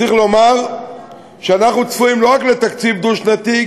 צריך לומר שאנחנו צפויים לא רק לתקציב דו-שנתי,